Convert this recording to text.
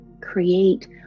create